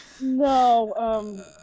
No